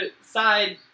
side